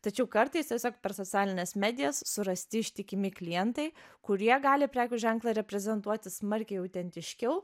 tačiau kartais tiesiog per socialines medijas surasti ištikimi klientai kurie gali prekių ženklą reprezentuoti smarkiai autentiškiau